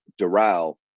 Doral